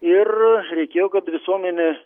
ir reikėjo kad visuomenė